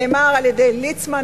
נאמר על-ידי ליצמן,